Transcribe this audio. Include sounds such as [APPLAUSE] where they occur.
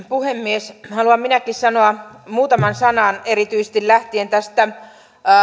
[UNINTELLIGIBLE] puhemies haluan minäkin sanoa muutaman sanan erityisesti lähtien tästä